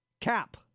cap